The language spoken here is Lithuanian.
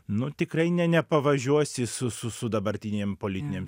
nu tikrai ne nepavažiuosi su su su dabartinėm politinėm